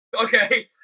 okay